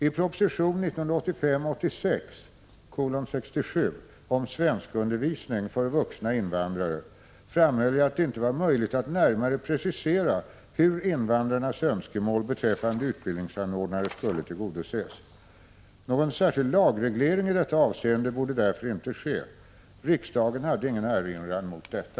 I proposition 1985/86:67 om svenskundervisning för vuxna invandrare framhöll jag att det inte var möjligt att närmare precisera hur invandrarnas önskemål beträffande utbildningsanordnare skulle tillgodoses. Någon särskild lagreglering i detta avseende borde därför inte ske. Riksdagen hade ingen erinran mot detta.